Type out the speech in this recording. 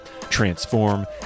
transform